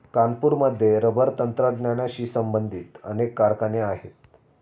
कानपूरमध्ये रबर तंत्रज्ञानाशी संबंधित अनेक कारखाने आहेत